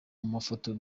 mafoto